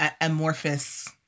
amorphous